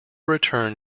return